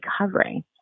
recovering